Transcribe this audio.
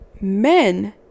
men